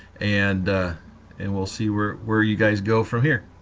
and and we'll see where where you guys go from here